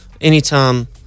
Anytime